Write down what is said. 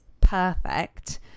perfect